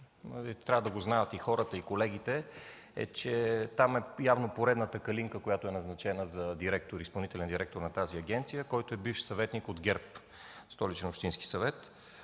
трябва да го знаят и хората, и колегите, е, че там е назначената поредната „калинка”, назначена за изпълнителен директор на тази агенция, който е бивш съветник от ГЕРБ в Столичния общински съвет.